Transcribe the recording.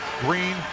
Green